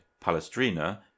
Palestrina